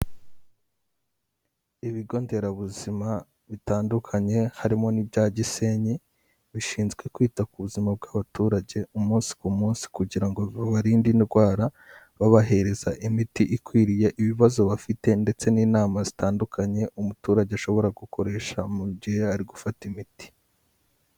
Ibigo nderabuzima bitandukanye harimo n'ibya Gisenyi bishinzwe kwita ku buzima bw'abaturage umunsi ku munsi kugira ngo babarinde indwara, babahereza imiti ikwiriye ibibazo bafite ndetse n'inama zitandukanye umuturage ashobora gukoresha mu gihe ari gufata imiti.